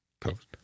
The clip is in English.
Coast